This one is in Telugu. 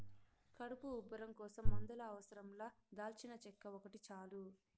కడుపు ఉబ్బరం కోసం మందుల అవసరం లా దాల్చినచెక్క ఒకటి చాలు